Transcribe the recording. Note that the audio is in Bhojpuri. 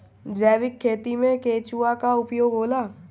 जैविक खेती मे केचुआ का उपयोग होला?